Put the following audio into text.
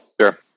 Sure